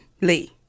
Lee